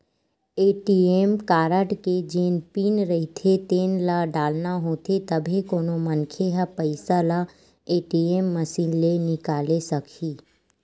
ATM card के जेन PIN रहिथे तेन ल डालना होथे तभे कोनो मनखे ह पइसा ल ए.टी.एम मसीन ले निकाले सकही